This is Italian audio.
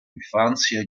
infanzia